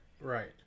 right